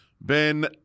Ben